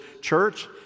church